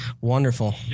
wonderful